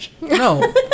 no